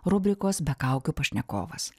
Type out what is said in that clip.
rubrikos be kaukių pašnekovas